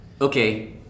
Okay